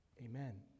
amen